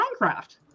minecraft